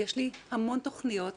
יש לי המון תוכניות,